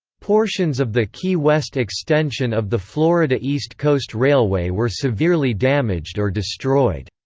portions of the key west extension of the florida east coast railway were severely damaged or destroyed.